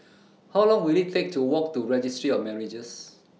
How Long Will IT Take to Walk to Registry of Marriages